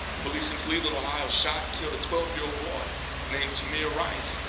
police in cleveland, ohio shot and killed a twelve year old boy named tamir rice.